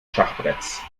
schachbretts